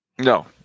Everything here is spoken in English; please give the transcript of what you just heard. no